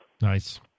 Nice